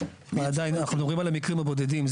אנחנו מדברים על המקרים הבודדים.